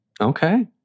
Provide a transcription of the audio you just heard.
Okay